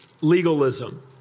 legalism